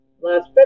Last